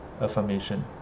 affirmation